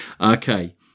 Okay